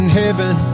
heaven